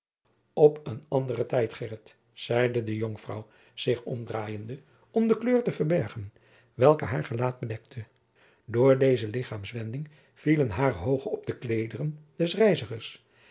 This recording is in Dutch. op een anderen tijd gheryt zeide de jonkvrouw zich omdraaiende om de kleur te verbergen welke haar gelaat bedekte door deze lichaams wending vielen hare oogen op de kleederen des reizigers